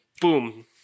boom